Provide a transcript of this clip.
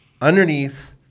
underneath